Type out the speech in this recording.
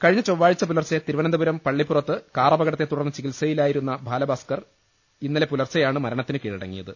കഴിഞ്ഞ ചൊവ്വാഴ്ച പുലർച്ചെ തിരുവനന്തപുരം പള്ളിപ്പുറത്ത് കാറപകടത്തെ തുടർന്ന് ചികിത്സയിലാ യിരുന്ന ബാലഭാസ്കർ ഇന്നലെ പുലർച്ചെയാണ് മരണത്തിന് കീഴടങ്ങിയത്